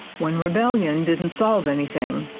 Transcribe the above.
when rebellion didn't solve anything,